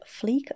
fleek